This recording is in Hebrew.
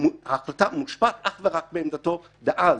שההחלטה מושפעת אך ורק מעמדתו הפוליטית דאז,